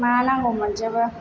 मा नांगौ मोनजोबो